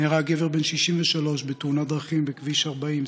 נהרג גבר בן 63 בתאונת דרכים בכביש 40,